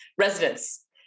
residents